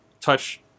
touch